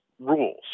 rules